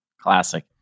Classic